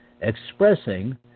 expressing